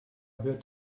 hört